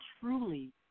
truly